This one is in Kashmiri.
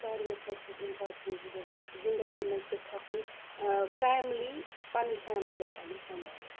ساروِیَو کھۄتہٕ چھِ أسۍ اِمپاٹَنس دِوان زِنٛدَگی مَنٛز گَژھِ آسٕنۍ فیملی پَنٕنۍ فیملی گَژھِ تَگٕنۍ سَمبالٕنۍ